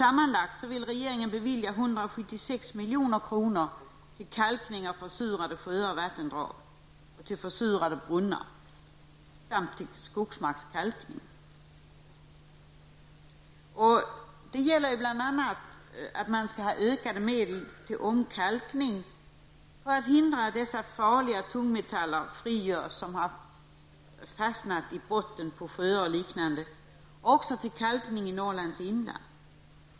Sammanlagt vill regeringen bevilja 176 milj.kr. till kalkning av försurade sjöar och vattendrag och till försurade brunnar samt till skogsmarkskalkning. Det gäller bl.a. att få ökade medel till omkalkning för att hindra farliga tungmetaller, som t.ex. fastnat i botten på sjöar, från att frigöras. Likaså behövs medel till kalkning i Norrlands inland.